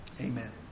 Amen